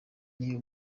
niwe